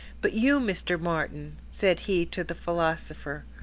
but you, mr. martin, said he to the philosopher,